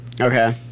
Okay